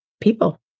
people